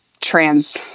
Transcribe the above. trans